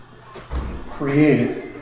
created